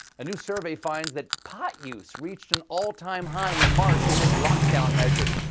a new survey finds that pot use reached an all-time high in march amid lockdown measures.